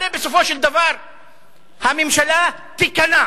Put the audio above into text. הרי בסופו של דבר הממשלה תיכנע.